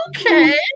okay